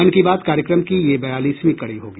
मन की बात कार्यक्रम की ये बयालसवीं कड़ी होगी